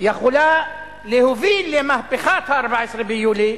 יכולה להוביל למהפכת ה-14 ביולי,